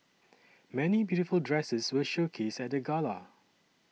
many beautiful dresses were showcased at the gala